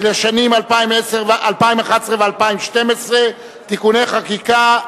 לשנים 2011 ו-2012 (תיקוני חקיקה).